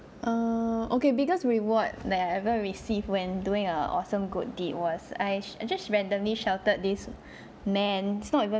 err okay biggest reward that I ever receive when doing a awesome good deed was I I just randomly sheltered this man it's not even